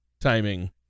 timing